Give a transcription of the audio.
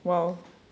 !wow!